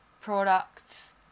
products